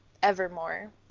evermore